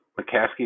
McCaskey